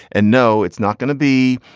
and no, it's not going to be,